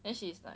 then she is like